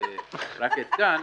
פרט ל"כאן",